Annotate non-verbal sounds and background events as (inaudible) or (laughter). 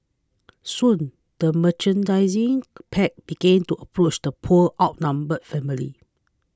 soon the (unintelligible) pack began to approach the poor outnumbered family